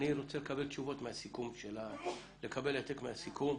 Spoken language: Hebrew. אני רוצה לקבל העתק מהסיכום,